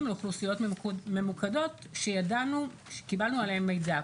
לאוכלוסיות ממוקדות שקיבלנו עליהן מידע,